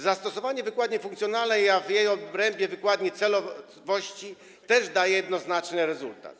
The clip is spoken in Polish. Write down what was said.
Zastosowanie wykładni funkcjonalnej, a w jej obrębie wykładni celowościowej też daje jednoznaczny rezultat.